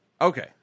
Okay